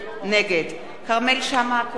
נגד כרמל שאמה-הכהן,